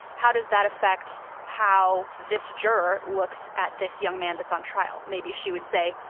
how does that affect how this juror looks at this young man that's on trial? maybe she would say,